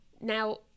Now